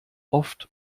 oft